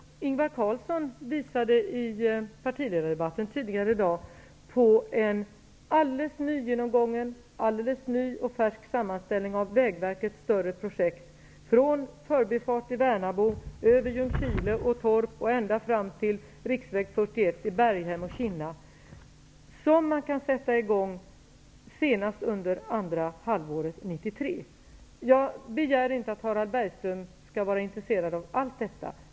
Ingvar Carlsson visade i partiledardebatten tidigare i dag på en alldeles nygenomgången och alldeles ny och färsk sammanställning av Vägverkets större projekt från förbifarten vid Värnamo över Ljungskile och Torp och ända fram till riksväg 41 vid Berghem och Kinna. Det är projekt som man kan sätta i gång senast under halvåret 1993. Jag begär inte att Harald Bergström skall vara intresserad av allt detta.